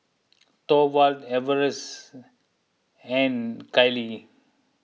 Thorwald Everett and Kylie